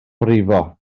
brifo